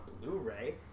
Blu-ray